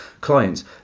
clients